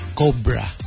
cobra